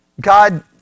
God